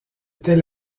tel